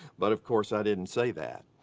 but of course i didn't say that.